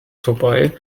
vorbei